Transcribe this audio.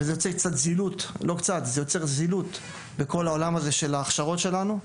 וזה יוצר זילות בכל העולם הזה של ההכשרות שלנו.